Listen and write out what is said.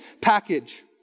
package